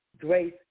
grace